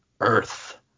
Earth